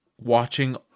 watching